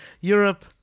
Europe